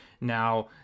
Now